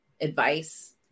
advice